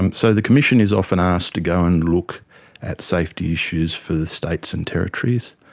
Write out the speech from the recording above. um so the commission is often asked to go and look at safety issues for the states and territories.